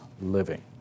living